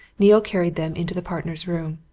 neale carried them into the partners' room.